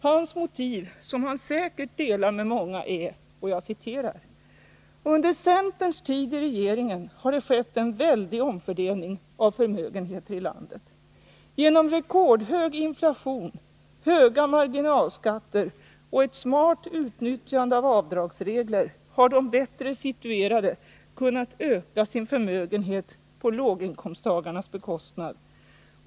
Hans motiv, som han säkert delar med många är: ”Under centerns tid i regeringen har det skett en väldig omfördelning av förmögenheter i landet. Genom rekordhög inflation, höga marginalskatter och ett smart utnyttjande av avdragsregler har de bättre situerade kunnat öka sin förmögenhet på låginkomsttagarnas bekostnad.